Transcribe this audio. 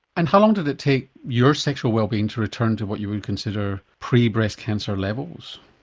and how long did it take your sexual wellbeing to return to what you would consider pre-breast cancer levels?